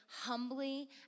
humbly